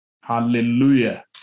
Hallelujah